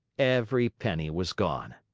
every penny was gone.